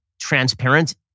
transparent